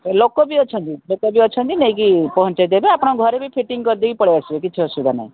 ଲୋକ ବି ଅଛନ୍ତି ଲୋକ ବି ଅଛନ୍ତି ନେଇକି ପହଞ୍ଚାଇଦେବେ ଆପଣଙ୍କ ଘରେ ବି ଫିଟିଂ କରିଦେଇ ପଳାଇ ଆସିବେ କିଛି ଅସୁବିଧା ନାହିଁ